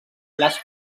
les